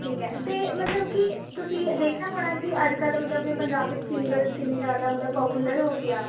ਠੀਕ ਹੈ ਅਤੇ ਮਤਲਬ ਕਿ ਤੁਸੀਂ ਦੇਖਿਆ ਹੋਣਾ ਕਿ ਅੱਜ ਕੱਲ੍ਹ ਮਤਲਬ ਆਪਣੇ ਪੰਜਾਬ ਵਿੱਚ ਸਿੰਗਰਸ ਕਿੰਨੀ ਜ਼ਿਆਦਾ ਮਤਲਬ ਪਾਪੂਲਰ ਹੋ ਗਏ ਆ